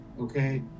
Okay